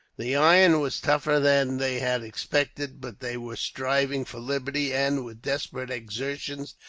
the iron was tougher than they had expected, but they were striving for liberty and, with desperate exertions,